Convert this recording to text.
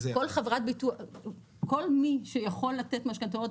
כל מי שיכול לתת משכנתאות,